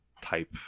type